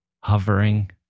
hovering